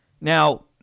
Now